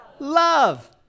Love